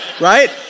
right